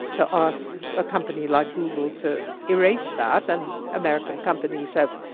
to ask a company like google to erase that, and american companies have,